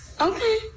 Okay